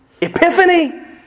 epiphany